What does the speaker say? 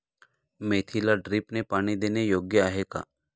मेथीला ड्रिपने पाणी देणे योग्य आहे का?